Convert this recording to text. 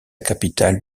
capitale